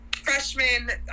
freshman